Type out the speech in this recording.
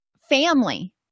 family